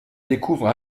découvrent